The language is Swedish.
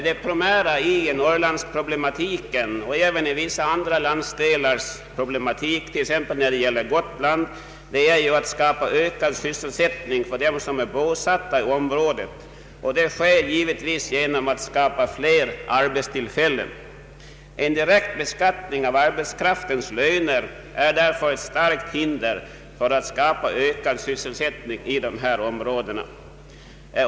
Det primära i Norrlandsproblematiken och även i vissa andra landsdelars problematik, t.ex. när det gäller Gotland, är att skapa ökad sysselsättning för dem som är bosatta i området. Det sker givetvis genom att man skapar fler arbetstillfällen. En direkt beskattning av arbetskraftens löner är därför ett starkt hinder för att skapa ökad sys selsättning i dessa områden.